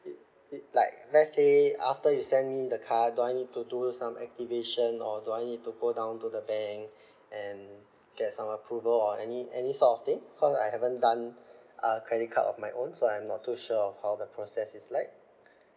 i~ i~ like let's say after you send me the card do I need to do some activation or do I need to go down to the bank and get some approval or any any sort of thing cause I haven't done a credit card of my own so I'm not too sure of how the process is like